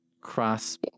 cross